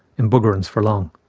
embuggerance for long.